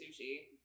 sushi